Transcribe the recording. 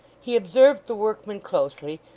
he observed the workmen closely,